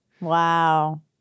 Wow